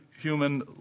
human